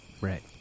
Right